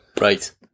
right